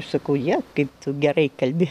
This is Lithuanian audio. sakau je kaip tu gerai kalbi